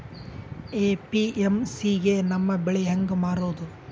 APMC ಗೆ ನಮ್ಮ ಬೆಳಿ ಹೆಂಗ ಮಾರೊದ?